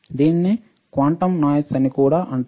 దీనిని quantum noise అని కూడా అంటారు